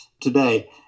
today